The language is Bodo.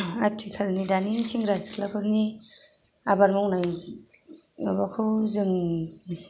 आथिखालनि दानि सेंग्रा सिख्लाफोरनि आबाद मावनाय माबाखौ जों